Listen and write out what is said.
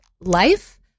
life